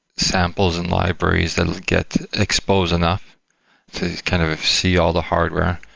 samples and libraries that'll get exposed enough to kind of see all the hardware,